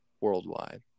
worldwide